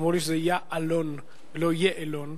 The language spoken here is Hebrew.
אמרו לי שזה יַעֲ‏לוֹ‏ן ולא יֵעֱלון.